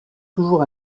toujours